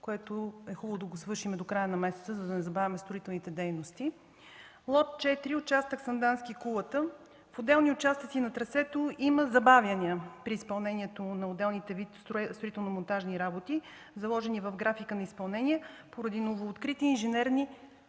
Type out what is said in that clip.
Хубаво е да го свършим до края на месеца, за да не забавяме строителните дейности. По лот 4 – участъка Сандански-Кулата, в отделни участъци на трасето има забавяния при изпълнението на отделните видове строително-монтажни работи, заложени в графика за изпълнение поради новооткрити инженерни мрежи.